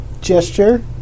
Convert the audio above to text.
gesture